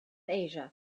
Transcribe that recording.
asia